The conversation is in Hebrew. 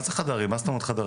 מה זה חדרים, מה זאת אומרת חדרים?